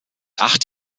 acht